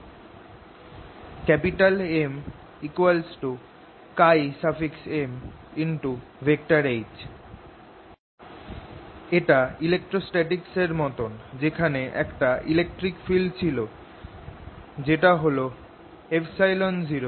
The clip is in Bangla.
M MH এটা ইলেক্ট্রোস্ট্যাটিক্স এর মতন যেখানে একটা ইলেকট্রিক ফিল্ড ছিল যেটা ocE